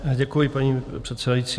Děkuji, paní předsedající.